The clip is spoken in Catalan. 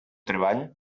treball